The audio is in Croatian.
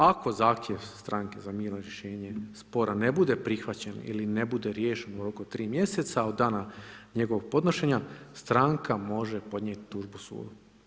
Ako zahtjev stranke za mirno rješenje spora ne bude prihvaćeno ili ne bude riješeno u roku od 3 mjeseca od dana njegovog podnošenja, stranka može podnijeti tužbu sudu.